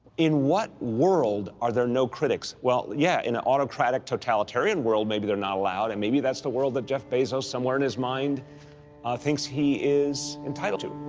in what world are there no critics? well, yeah, in an autocratic totalitarian world, maybe they're not allowed, and maybe that's the world that jeff bezos somewhere in his mind thinks he is entitled to.